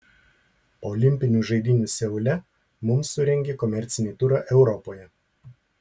po olimpinių žaidynių seule mums surengė komercinį turą europoje